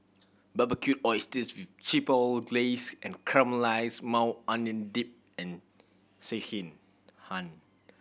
Barbecued Oysters with Chipotle Glaze and Caramelized Maui Onion Dip and Sekihan